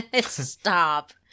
Stop